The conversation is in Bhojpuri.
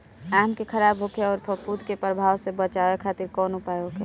आम के खराब होखे अउर फफूद के प्रभाव से बचावे खातिर कउन उपाय होखेला?